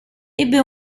ebbe